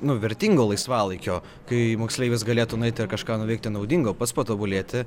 nu vertingo laisvalaikio kai moksleivis galėtų nueit ir kažką nuveikti naudingo pats patobulėti